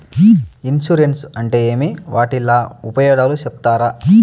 Insurance అంటే ఏమి? వాటి ఉపయోగాలు సెప్తారా?